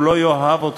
הוא לא יאהב אותך,